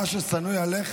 מה ששנוא עליך,